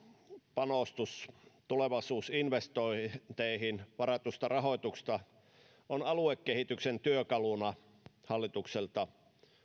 panostus tulevaisuusinvestointeihin varatusta rahoituksesta on aluekehityksen työkaluna hallitukselta